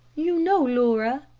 you know, laura,